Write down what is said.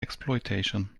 exploitation